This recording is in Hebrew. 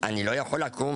אני לא יכול לקום